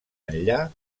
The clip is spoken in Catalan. enllà